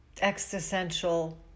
existential